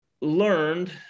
learned